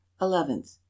eleventh